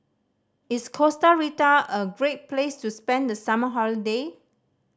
is Costa Rica a great place to spend the summer holiday